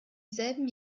selben